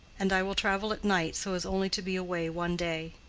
and i will travel at night, so as only to be away one day.